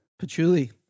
Patchouli